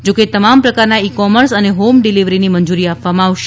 જો કે તમામ પ્રકારના ઇ કોમર્સ અને હોમ ડિલિવરીની મંજૂરી આપવામાં આવશે